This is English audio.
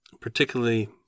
particularly